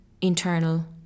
internal